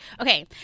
Okay